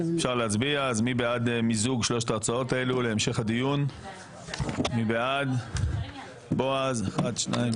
פניית יושב ראש הוועדה המשותפת של ועדת החוקה,